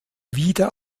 wieder